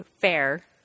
fair